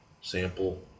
sample